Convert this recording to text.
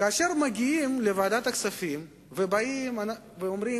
כאשר מגיעים לוועדת הכספים ואומרים